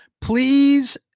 please